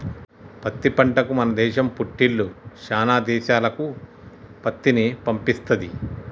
పత్తి పంటకు మన దేశం పుట్టిల్లు శానా దేశాలకు పత్తిని పంపిస్తది